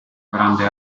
grande